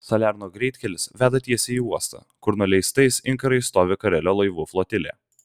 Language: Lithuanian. salerno greitkelis veda tiesiai į uostą kur nuleistais inkarais stovi karelio laivų flotilė